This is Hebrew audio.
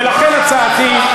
ולכן הצעתי,